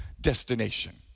destination